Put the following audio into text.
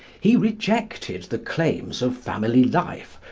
he rejected the claims of family life,